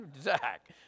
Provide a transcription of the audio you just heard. Zach